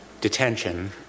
detention